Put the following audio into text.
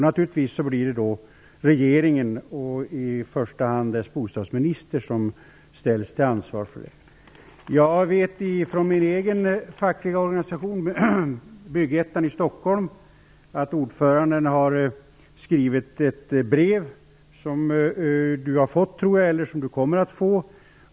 Naturligtvis blir det då regeringen, och i första hand dess bostadsminister, som ställs till ansvar för det. Ordföranden i min egen fackliga organisation, Byggettan i Stockholm, har skrivit ett brev som bostadsministern har fått eller kommer att få.